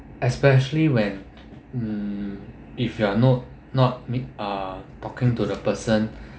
especially when mm if you are not not meet~ uh talking to the person